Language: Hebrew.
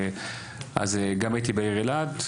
גם הייתי בעיר אילת.